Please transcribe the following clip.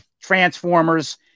Transformers